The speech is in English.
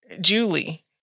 Julie